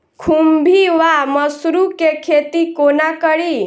खुम्भी वा मसरू केँ खेती कोना कड़ी?